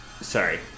sorry